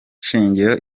shingiro